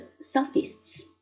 sophists